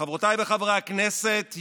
חברותיי וחברי הכנסת,